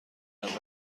اولین